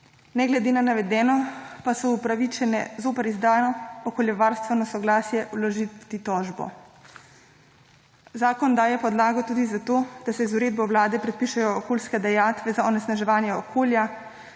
Ne glede na navedeno pa so upravičene zoper izdano okoljevarstveno soglasje vložiti tožbo. Zakon daje podlago tudi za to, da se z uredbo Vlade predpišejo okoljske dajatve za onesnaževanje okolja,